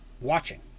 watching